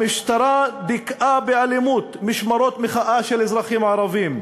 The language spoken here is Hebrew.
המשטרה דיכאה באלימות משמרות מחאה של אזרחים ערבים,